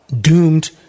doomed